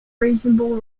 reasonable